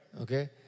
Okay